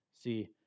See